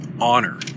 honor